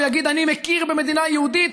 ויגיד: אני מכיר במדינה יהודית,